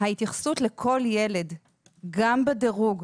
ההתייחסות לכל ילד גם בדירוג,